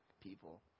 people